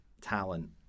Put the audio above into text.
talent